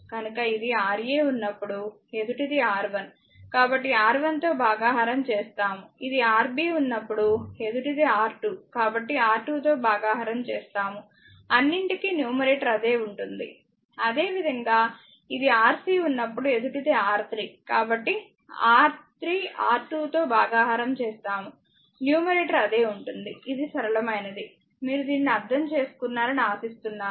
కనుక ఇది Ra ఉన్నప్పుడు ఎదుటది R1 కాబట్టి R1 తో భాగహారం చేస్తాము ఇది Rb ఉన్నప్పుడు ఎదుటది R2 కాబట్టి R2 తో భాగహారం చేస్తాము అన్నింటికీ న్యూమరేటర్ అదే ఉంటుంది అదేవిధంగా ఇది Rc ఉన్నప్పుడు ఎదుటది R3 కాబట్టి R3 R2 తో భాగహారం చేస్తాము న్యూమరేటర్ అదే ఉంటుంది ఇది సరళమైనది మీరు దీనిని అర్థం చేసుకున్నారు అని ఆశిస్తున్నాను